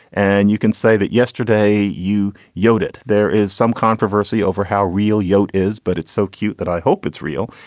and you can say that yesterday you yoed it. there is some controversy over how real yoed is, but it's so cute that i hope it's real.